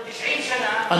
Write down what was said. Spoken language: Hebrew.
90 שנה,